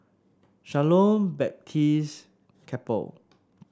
Shalom Baptist Chapel